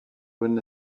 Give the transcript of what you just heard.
win